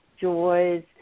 joys